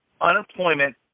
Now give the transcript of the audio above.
unemployment